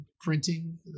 printing